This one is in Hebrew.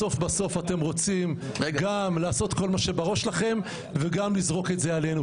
בסוף בסוף אתם רוצים גם לעשות כל מה שבראש שלכם וגם לזרוק את זה עלינו.